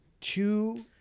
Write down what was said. Two